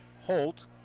Holt